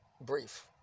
brief